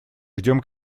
ждем